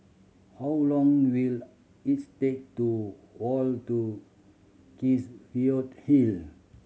how long will it take to walk to Hill